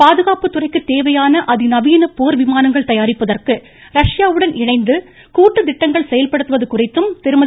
பாதுகாப்புத் துறைக்கு தேவையான அதிநவீன போர் விமானங்கள் தயாரிப்பதற்கு ரஷ்யாவுடன் இணைந்து கூட்டு திட்டங்கள் செயல்படுத்துவது குறித்தும் திருமதி